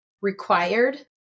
required